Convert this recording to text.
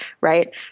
right